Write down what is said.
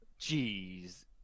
Jeez